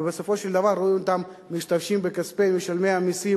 ובסופו של דבר רואים אותן משתמשות בכספי משלמי המסים